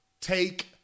Take